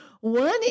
One